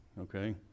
Okay